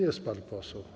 Jest pan poseł?